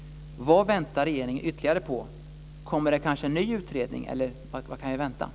Vad väntar regeringen ytterligare på? Kommer det en ny utredning eller vad kan vi vänta oss?